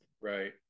Right